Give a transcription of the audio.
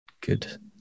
Good